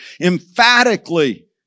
emphatically